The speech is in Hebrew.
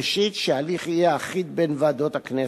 ראשית, שההליך יהיה אחיד בין ועדות הכנסת,